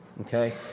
Okay